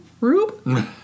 Rube